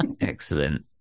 Excellent